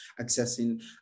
accessing